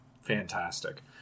fantastic